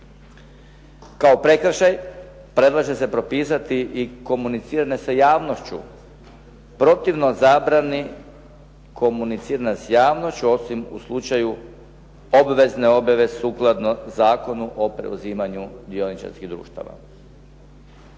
Kao prekršaj predlaže se propisati i komuniciranje sa javnošću protivno zabrani komuniciranja s javnošću osim u slučaju obvezne objave sukladno Zakonu o preuzimanju dioničarskih društava.